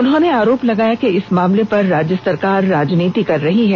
उन्होंने आरोप लगाया कि इस मामले पर राज्य सरकार राजनीति कर रही है